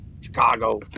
Chicago